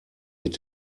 mit